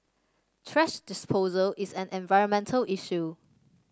thrash disposal is an environmental issue